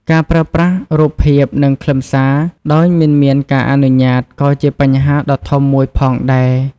ការប្រើប្រាស់រូបភាពនិងខ្លឹមសារដោយមិនមានការអនុញ្ញាតក៏ជាបញ្ហាដ៏ធំមួយផងដែរ។